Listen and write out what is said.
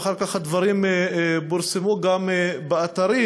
ואחר כך הדברים פורסמו גם באתרים,